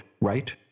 right